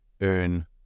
earn